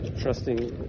trusting